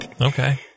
Okay